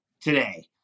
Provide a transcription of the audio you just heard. today